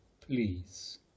please